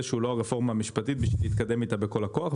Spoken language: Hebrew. הוא לא הרפורמה המשפטית כדי להתקדם איתה בכל הכוח.